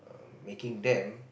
making them